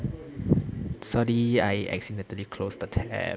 sorry I accidentally closed the tab